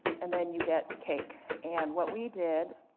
and then you get cake. and what we did,